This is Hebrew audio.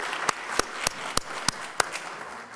(מחיאות כפיים)